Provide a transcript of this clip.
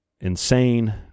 insane